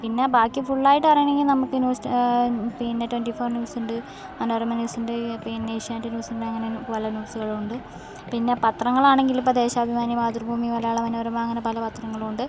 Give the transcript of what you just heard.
പിന്നെ ബാക്കി ഫുൾ ആയിട്ട് അറിയണോങ്കിൽ നമുക്ക് ന്യൂസ് പിന്നെ ട്വൻറ്റി ഫോർ ന്യൂസ് ഉണ്ട് മനോരമ ന്യൂസ് ഉണ്ട് പിന്നെ ഏഷ്യാനെറ്റ് ന്യൂസ് ഉണ്ട് അങ്ങനെ പല ന്യൂസുകൾ ഉണ്ട് പിന്നെ പത്രങ്ങൾ ആണെങ്കിൽ ഇപ്പം ദേശിയ അഭിമാനി മാത്രഭൂമി മലയാള മനോരമ അങ്ങനെ പല പത്രങ്ങളും ഉണ്ട്